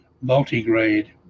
multi-grade